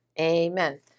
Amen